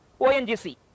ONGC